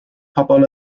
pobl